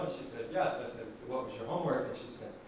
she said, yes. i said, what was your homework? and she said,